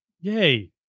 Yay